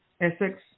Essex